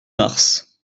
mars